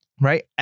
Right